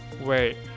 wait